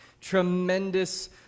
tremendous